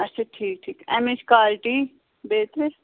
اَچھا ٹھیٖک ٹھیٖک اَمِچ کالٹی بیٚترۍ